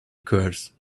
curse